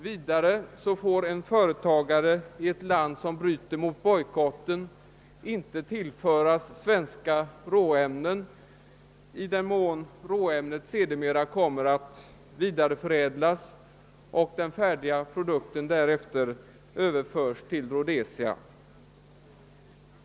Vidare får en företagare i ett land som bryter mot bojkotten inte tillföras svenskt råämne, om det sedermera kommer att vidareförädlas och den färdiga produkten överförs till Rhodesia.